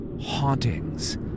Hauntings